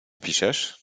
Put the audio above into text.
piszesz